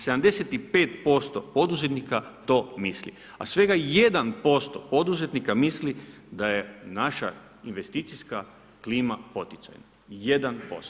75% poduzetnika to misli, a svega 1% poduzetnika misli da je naša investicijska klima poticajna, 1%